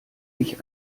ich